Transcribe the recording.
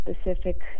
specific